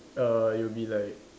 uh you'll be like